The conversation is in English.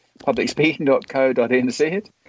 Publicspeaking.co.nz